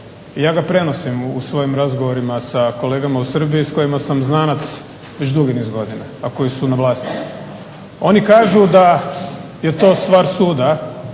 Ja ga prenosim u svojim razgovorima sa kolegama u Srbiji s kojima sam znanac već dugi niz godina, a koji su na vlasti. Oni kažu da je to stvar suda,